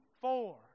four